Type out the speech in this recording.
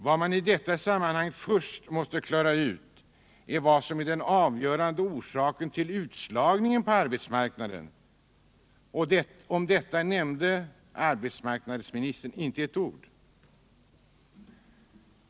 Vad man i detta sammanhang först måste klara ut är vad som är den avgörande orsaken till utslagningen på arbetsmarknaden. Om detta nämnde arbetsmarknadsministern inte ett ord.